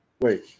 Wait